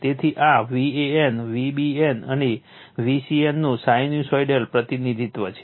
તેથી આ Van Vbn અને Vcn નું સાઇનુસોઇડલ પ્રતિનિધિત્વ છે